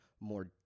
more